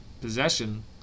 possession